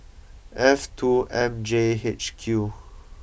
F two M J H Q